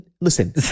Listen